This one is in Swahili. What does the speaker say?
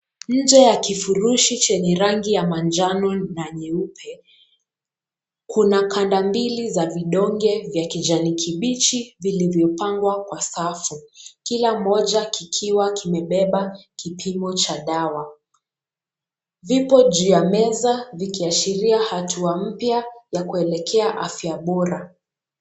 Nje ya kifurushi chenye rangi ya manjano na nyeupe. Kuna kanda mbili za vidonge vya kijani kibichi vilivyopangwa kwa safu, Kila moja kikiwa kimebeba kipimo cha dawa. Vipo juu ya meza vikiashiria hatua mpya ya kuelekea afya bora.